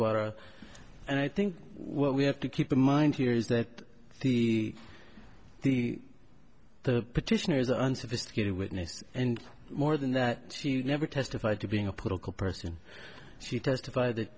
water and i think what we have to keep in mind here is that the the petitioner's unsophisticated witness and more than that she never testified to being a political person she testified that